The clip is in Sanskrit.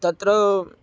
तत्र